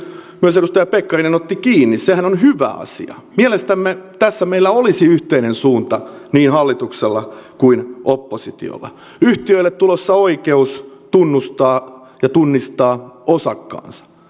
myös edustaja pekkarinen otti kiinni sehän on hyvä asia mielestämme tässä meillä olisi yhteinen suunta niin hallituksella kuin oppositiollakin yhtiöille tulossa oikeus tunnustaa ja tunnistaa osakkaansa